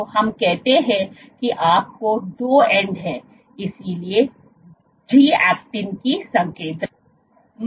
तो हम कहते हैं कि आपके दो 2 एंड हैं इसलिए जी ऐक्टिन की संकेंद्रण